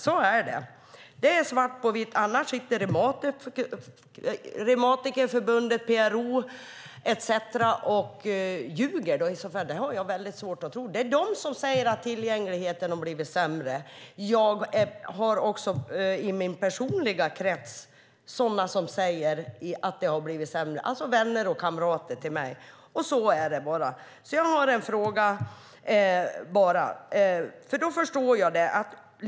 Så är det, annars ljuger Reumatikerförbundet, PRO med flera, och det har jag svårt att tro. Det är de som säger att tillgängligheten har blivit sämre. Även vänner och kamrater till mig säger att det har blivit sämre.